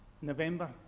November